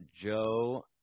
Joe